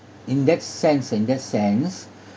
in that sense in that sense